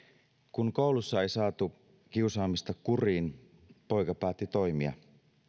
kun koulussa ei saatu kiusaamista kuriin poika päätti toimia